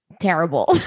terrible